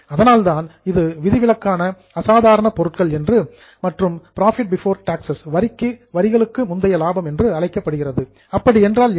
அதனால்தான் இது விதி விதிவிலக்கான அசாதாரண பொருட்கள் மற்றும் புரோஃபிட் பிபோர் டாக்ஸ்சஸ் வரிகளுக்கு முந்தைய லாபம் என்று அழைக்கப்படுகிறது அப்படி என்றால் என்ன